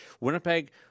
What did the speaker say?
Winnipeg